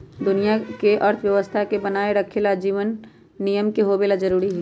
दुनिया के अर्थव्यवस्था के बनाये रखे ला नियम के होवे ला जरूरी हई